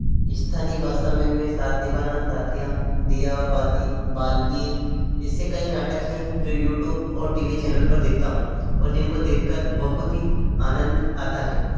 स्थानीय भाषा में मैं साथ निभाना साथिया दीया और बाती बालवीर इससे कई नाटक हैं जो यूट्यूब और टी वी चैनल पर देखता हूँ और जिनको देखकर बहुत ही आनंद आता है